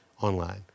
online